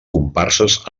comparses